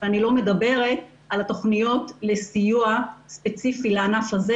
ואני לא מדברת על התוכניות לסיוע ספציפי לענף הזה,